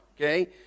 okay